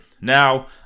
Now